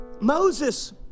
Moses